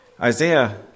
Isaiah